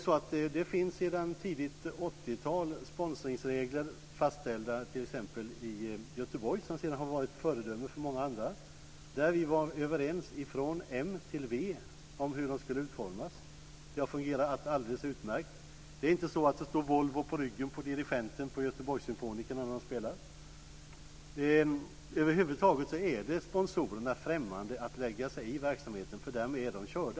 Det finns sedan tidigt 80-tal sponsringsregler fastställda i t.ex. Göteborg, som sedan har varit föredöme för många andra. Vi var överens från m till v om hur de skulle utformas. Det har fungerat alldeles utmärkt. Det är inte så att det står Volvo på ryggen på dirigenten för Göteborgssymfonikerna när de spelar. Över huvud taget är det sponsorerna främmande att lägga sig i verksamheten - därmed är de "körda".